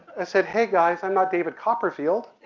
i said, hey, guys, i'm not david copperfield.